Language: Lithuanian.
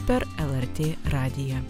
per lrt radiją